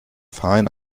fine